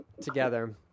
together